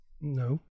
No